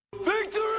Victory